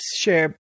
share